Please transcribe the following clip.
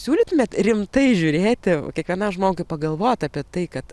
siūlytumėt rimtai žiūrėti kiekvienam žmogui pagalvot apie tai kad